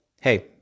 Hey